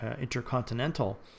Intercontinental